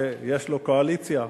ויש לו קואליציה,